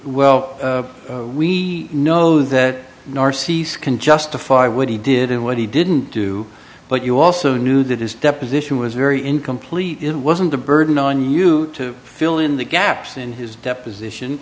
well we know that nor sees can justify what he did in what he didn't do but you also knew that his deposition was very incomplete it wasn't a burden on you to fill in the gaps in his deposition